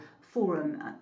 forum